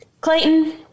Clayton